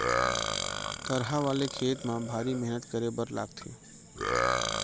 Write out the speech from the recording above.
थरहा वाले खेत म भारी मेहनत करे बर लागथे